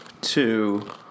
two